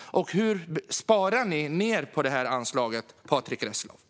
Hur kan ni då spara på det här anslaget, Patrick Reslow?